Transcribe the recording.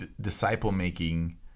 disciple-making